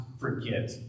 forget